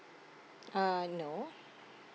uh no